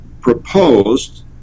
proposed